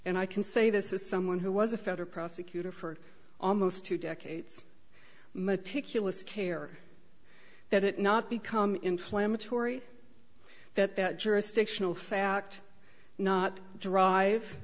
and i can say this is someone who was a federal prosecutor for almost two decades meticulous care that it not become inflammatory that that jurisdictional fact not drive